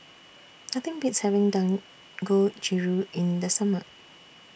Nothing Beats having Dangojiru in The Summer